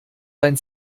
dein